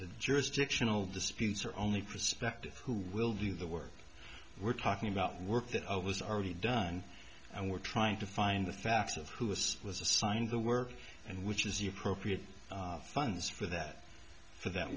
issue jurisdictional disputes are only prospective who will do the work we're talking about work that i was already done and we're trying to find the facts of who was was assigned the work and which is the appropriate funds for that for that